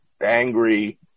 angry